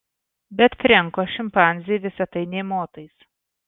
bet frenko šimpanzei visa tai nė motais